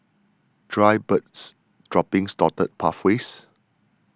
dried birds droppings dotted pathways